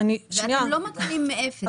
אתם לא מתחילים מאפס.